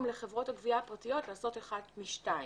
לחברות הגבייה הפרטיות לעשות אחת משתיים,